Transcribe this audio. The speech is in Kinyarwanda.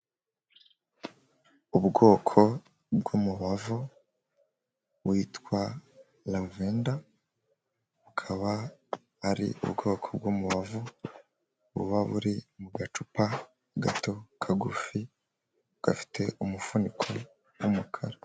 Ubwoko bw'umubavu witwa lavenda, bukaba ari ubwoko bw'umubavu buba buri mu gacupa gato, kagufi, gafite umufuniko w'umukara.